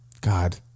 god